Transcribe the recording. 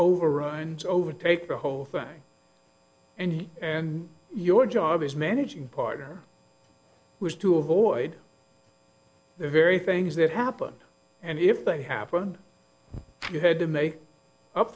overruns overtake the whole thing and you and your job as managing partner was to avoid the very things that happened and if that happened you had to make up